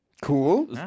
Cool